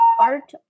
art